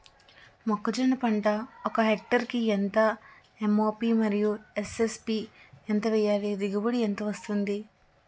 మొక్కజొన్న పంట ఒక హెక్టార్ కి ఎంత ఎం.ఓ.పి మరియు ఎస్.ఎస్.పి ఎంత వేయాలి? దిగుబడి ఎంత వస్తుంది?